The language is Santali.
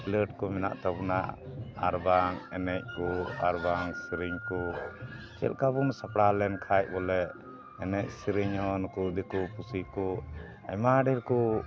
ᱯᱞᱟᱹᱴ ᱠᱚ ᱢᱮᱱᱟᱜ ᱛᱟᱵᱚᱱᱟ ᱟᱨ ᱵᱟᱝ ᱮᱱᱮᱡ ᱠᱚ ᱟᱨ ᱵᱟᱝ ᱥᱮᱨᱮᱧ ᱠᱚ ᱪᱮᱫᱞᱮᱠᱟ ᱵᱚᱱ ᱥᱟᱯᱲᱟᱣ ᱞᱮᱱᱠᱷᱟᱡ ᱵᱚᱞᱮ ᱮᱱᱮᱡ ᱥᱮᱨᱮᱧ ᱦᱚᱸ ᱱᱩᱠᱩ ᱫᱤᱠᱩ ᱯᱩᱥᱤ ᱠᱚ ᱟᱭᱢᱟ ᱰᱷᱮᱨ ᱠᱚ